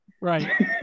Right